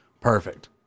Perfect